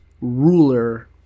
ruler